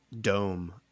dome